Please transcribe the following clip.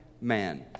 man